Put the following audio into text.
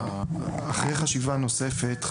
אחרי חשיבה נוספת,